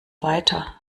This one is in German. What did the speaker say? weiter